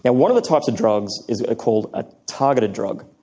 and one of the types of drugs is called a targeted drug.